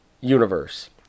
universe